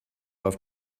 auf